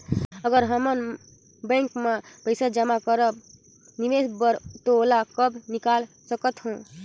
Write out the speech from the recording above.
अगर हमन बैंक म पइसा जमा करब निवेश बर तो ओला कब निकाल सकत हो?